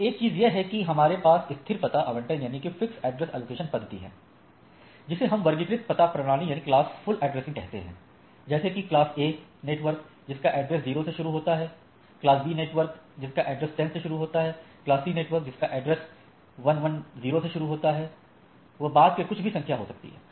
तो एक चीज यह है कि हमारे पास स्थिर पता आवंटन पद्धति है जिसे हम वर्गीकृत पता प्रणाली कहते हैं जैसे कि वर्ग A नेटवर्क जिसका एड्रेस 0 से शुरू होता है वर्ग B नेटवर्क जिसका एड्रेस 10 से शुरू होता है और वर्ग C नेटवर्क जिसका एड्रेस 110 से शुरू होता है एवं बाद में कुछ भी संख्या हो सकती है